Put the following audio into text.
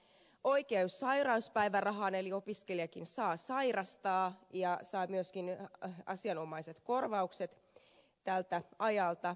opiskelijat ovat saaneet oikeuden sairauspäivärahaan eli opiskelijakin saa sairastaa ja saa myöskin asianomaiset korvaukset tältä ajalta